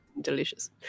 delicious